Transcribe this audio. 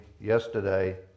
yesterday